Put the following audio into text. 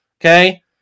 Okay